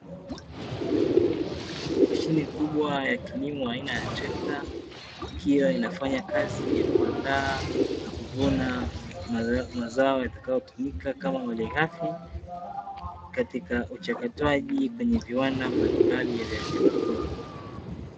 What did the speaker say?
Mashine kubwa ya kilimo aina ya trekta, ikiwa inafanya kazi ya kuandaa na kuvuna mazao yatakayotumika kama malighafi, katika uchakatwaji kwenye viwanda mbalimbali ya vyakula.